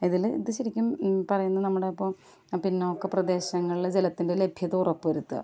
അതിൽ ഇത് ശരിക്കും പറയുന്ന നമ്മുടെ അപ്പോൾ പിന്നോക്ക പ്രദേശങ്ങളിൽ ജലത്തിൻ്റെ ലഭ്യത ഉറപ്പു വരുത്താം